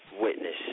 witness